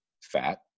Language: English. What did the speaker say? fat